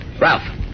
Ralph